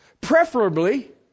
Preferably